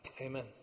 Amen